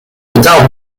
betaald